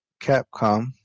Capcom